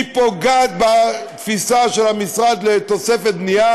היא פוגעת בתפיסה של המשרד לתוספת בנייה